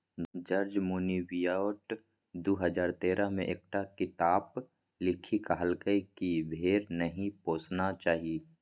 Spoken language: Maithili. जार्ज मोनबियोट दु हजार तेरह मे एकटा किताप लिखि कहलकै कि भेड़ा नहि पोसना चाही